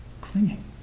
clinging